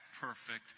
perfect